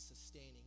sustaining